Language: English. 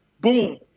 boom